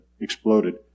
exploded